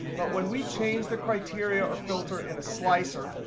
but when we change the criteria or filter in a slicer,